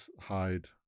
hide